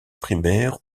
primaire